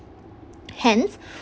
hence